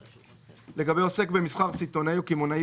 "(3)לגבי עוסק במסחר סיטונאי או קמעונאי